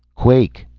quake!